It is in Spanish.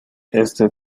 este